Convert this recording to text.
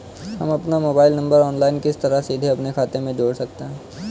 हम अपना mobile number online किस तरह सीधे अपने खाते में जोड़ सकते हैं?